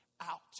out